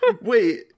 Wait